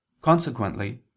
Consequently